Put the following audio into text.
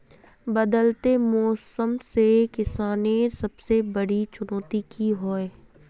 बदलते मौसम से किसानेर सबसे बड़ी चुनौती की होय?